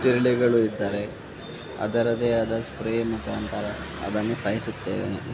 ಜಿರಳೆಗಳು ಇದ್ದರೆ ಅದರದ್ದೇ ಆದ ಸ್ಪ್ರೇ ಮುಖಾಂತರ ಅದನ್ನು ಸಾಯಿಸುತ್ತೇವೆ